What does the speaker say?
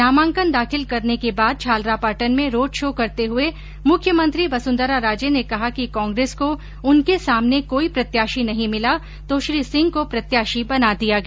नामांकन दाखिल करने के बाद झालरापाटन में रोड शो करते हुये मुख्यमंत्री वसुन्धरा राजे ने कहा कि कांग्रेस को उनके सामने कोई प्रत्याशी नहीं मिला तो श्री सिंह को प्रत्याशी बना दिया गया